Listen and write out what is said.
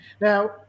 Now